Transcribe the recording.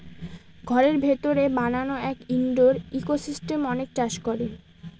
ঘরের ভিতরে বানানো এক ইনডোর ইকোসিস্টেম অনেকে চাষ করে